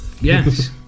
Yes